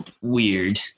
weird